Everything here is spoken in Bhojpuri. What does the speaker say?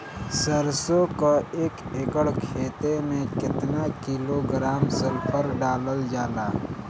सरसों क एक एकड़ खेते में केतना किलोग्राम सल्फर डालल जाला?